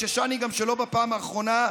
וחוששני שגם לא בפעם האחרונה,